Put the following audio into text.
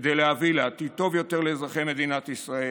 כדי להביא לעתיד טוב יותר לאזרחי מדינת ישראל,